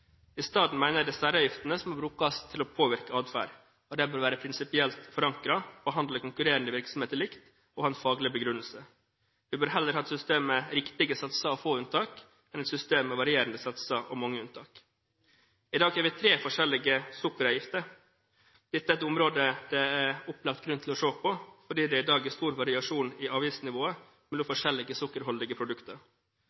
I stedet mener jeg det er særavgiftene som må brukes til å påvirke atferd, og de bør være prinsipielt forankret, behandle konkurrerende virksomheter likt og ha en faglig begrunnelse. Vi bør heller ha et system med riktige satser og få unntak, enn et system med varierende satser og mange unntak. I dag har vi tre forskjellige sukkeravgifter. Dette er et område det er opplagt grunn til å se på, fordi det i dag er stor variasjon i avgiftsnivået mellom